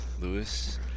lewis